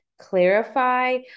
clarify